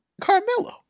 Carmelo